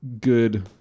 good